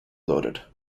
loaded